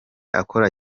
akora